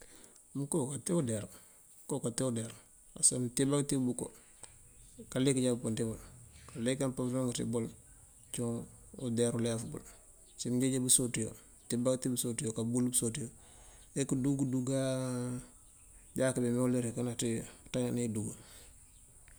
Mko kate udiar mko kate udiar pasëkë mtibëba këtbul kalik, nja këpëndi kalik kampënkung ţi bul ciwuŋ udiar uliaf bul, ucimjej bësoţiyo mtibëba këtib bësoţiyo kabulëkul akëdúg këdúg- aa jaaţ këme këme uleerëwi kënatwi këţañanwi idúg.